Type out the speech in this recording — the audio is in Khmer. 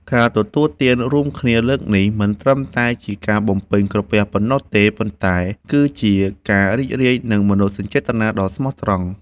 ការទទួលទានរួមគ្នាលើកនេះ មិនត្រឹមតែជាការបំពេញក្រពះប៉ុណ្ណោះទេ ប៉ុន្តែគឺជាការរីករាយនឹងមនោសញ្ចេតនាដ៏ស្មោះត្រង់។